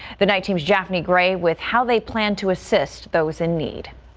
the night team's japhanie gray with how they plan to assist those in need.